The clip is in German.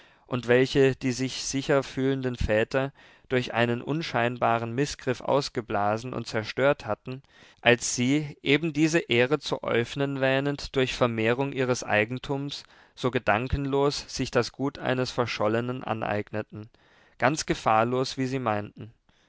und welche die sich sicher fühlenden väter durch einen unscheinbaren mißgriff ausgeblasen und zerstört hatten als sie eben diese ehre zu äufnen wähnend durch vermehrung ihres eigentums so gedankenlos sich das gut eines verschollenen aneigneten ganz gefahrlos wie sie meinten